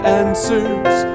answers